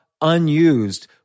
unused